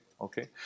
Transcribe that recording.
okay